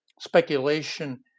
speculation